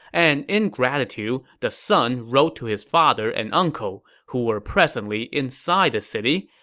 and in gratitude, the son wrote to his father and uncle, who were presently inside the city,